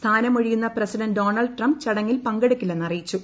സ്ഥാനമൊഴിയുന്ന president Donald Trump ചടങ്ങിൽ പങ്കെടുക്കില്ലെന്ന് അറിയിച്ചു